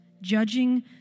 judging